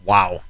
Wow